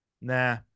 Nah